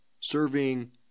serving